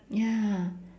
ya